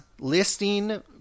listing